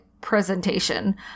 presentation